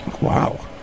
Wow